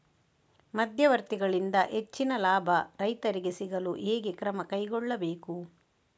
ಮಧ್ಯವರ್ತಿಗಳಿಂದ ಹೆಚ್ಚಿನ ಲಾಭ ರೈತರಿಗೆ ಸಿಗಲು ಹೇಗೆ ಕ್ರಮ ಕೈಗೊಳ್ಳಬೇಕು?